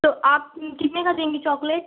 तो आप कितने का देंगी चॉकलेट